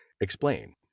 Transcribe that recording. explain